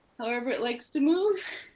however it likes to move.